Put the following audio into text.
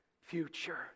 Future